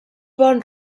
bon